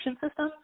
system